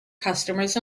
customers